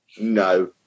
No